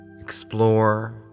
explore